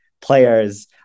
players